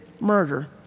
murder